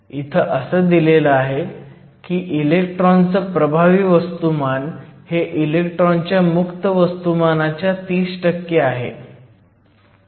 इथ असं दिलेलं आहे की इलेक्ट्रॉनचं प्रभावी वस्तुमान हे इलेक्ट्रॉनच्या मुक्त वस्तुमानाच्या 30 आहे